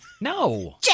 No